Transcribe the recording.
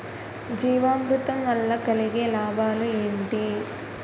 జీవామృతం వల్ల కలిగే లాభాలు ఏంటి?